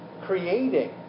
creating